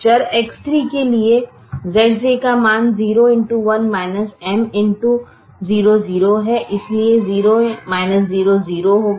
चर X3 के लिए Zj का मान 0 x 1 M x 0 0 है इसलिए 0 0 0 होगा